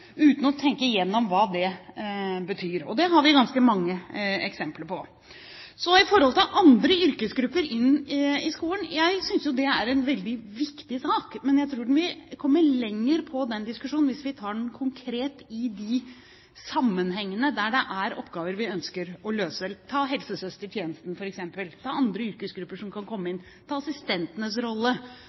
uten å tenke igjennom hva det betyr. Det har vi ganske mange eksempler på. Så til å få andre yrkesgrupper inn i skolen. Jeg synes det er en veldig viktig sak, men jeg tror vi vil komme lenger i den diskusjonen hvis vi tar den konkret i de sammenhengene der det er oppgaver vi ønsker å løse. Ta helsesøstertjenesten, f.eks. Ta andre yrkesgrupper som kan komme inn. Ta assistentenes rolle